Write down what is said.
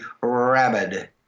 rabid